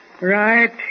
Right